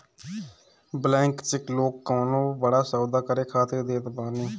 blank cheque लोग कवनो बड़ा सौदा करे खातिर देत बाने